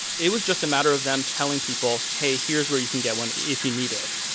it was just a matter of them telling people hey, here's where you can get one if you need it.